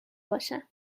باشم